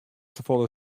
safolle